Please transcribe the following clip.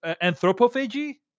anthropophagy